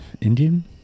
Indian